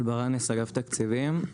אני מאגף תקציבים.